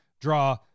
draw